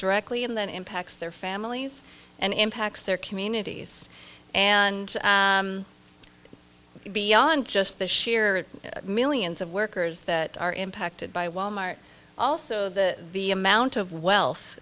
directly and that impacts their families and impacts their communities and beyond just the sheer millions of workers that are impacted by wal mart also the amount of wealth